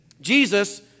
Jesus